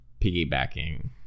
piggybacking